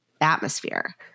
atmosphere